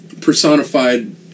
personified